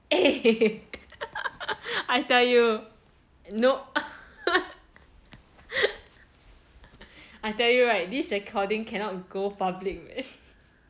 eh I tell you no I tell you right this recording cannot go public man